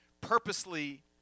purposely